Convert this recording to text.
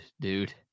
dude